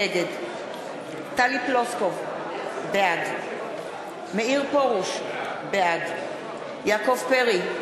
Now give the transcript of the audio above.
נגד טלי פלוסקוב, בעד מאיר פרוש, בעד יעקב פרי,